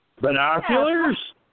Binoculars